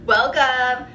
Welcome